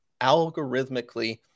algorithmically